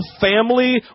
family